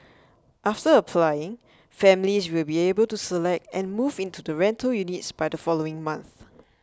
after applying families will be able to select and move into the rental units by the following month